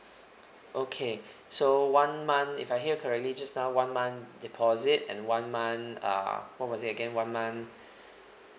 okay so one month if I hear you correctly just now one month deposit and one month uh what was it again one month